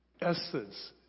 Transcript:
essence